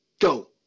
Go